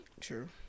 True